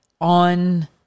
on